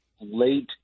late